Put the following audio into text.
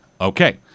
Okay